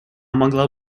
могла